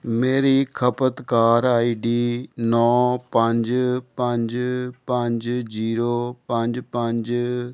ਮੇਰੀ ਖਪਤਕਾਰ ਆਈਡੀ ਨੌਂ ਪੰਜ ਪੰਜ ਪੰਜ ਜੀਰੋ ਪੰਜ ਪੰਜ